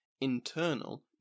internal